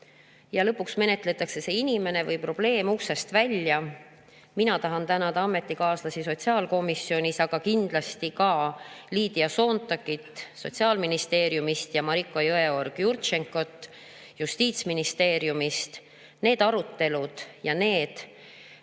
ja lõpuks menetletakse see inimene või probleem uksest välja. Mina tahan tänada ametikaaslasi sotsiaalkomisjonist, aga kindlasti ka Liidia Soontakki Sotsiaalministeeriumist ja Mariko Jõeorg-Jurtšenkot Justiitsministeeriumist nende arutelude ja nende